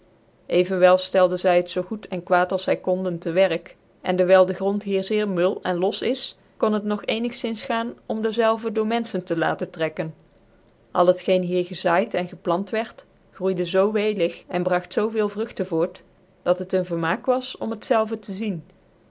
telden zy het zoo goed en kwaad als zy konden tc werk en dewyl dc grond hier zeer mul en los is kon het nog eengzins gaan om dezelve door menfehen tc laten trekken al het geen hier gezaait en geplant wierd groeide zoo welig cnbragtzoo veel vrugtcn voort dat het een vermaak was om het zelve tc zien